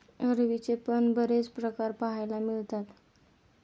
अरवीचे पण बरेच प्रकार पाहायला मिळतात